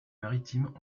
maritime